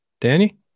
Danny